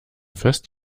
fest